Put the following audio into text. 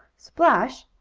splash,